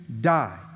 die